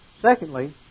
Secondly